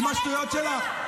עם השטויות שלך.